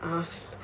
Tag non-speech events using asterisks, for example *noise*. *laughs*